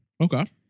Okay